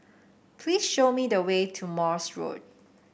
please show me the way to Morse Road